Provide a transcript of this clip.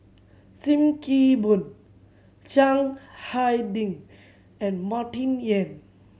Sim Kee Boon Chiang Hai Ding and Martin Yan